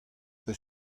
eus